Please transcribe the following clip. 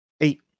Eight